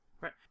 Right